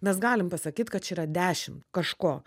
mes galim pasakyt kad čia yra dešimt kažko